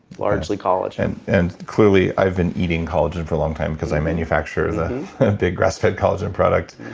largely collagen and clearly i've been eating collagen for a long time because i manufacture the big grass-fed collagen product.